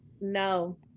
No